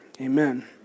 amen